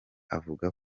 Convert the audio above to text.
avuga